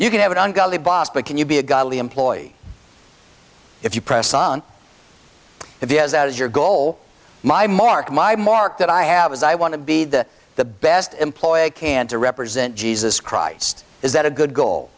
you can have an ungodly boss but can you be a godly employee if you press on if he has as your goal my mark my mark that i have is i want to be the the best employee can to represent jesus christ is that a good goal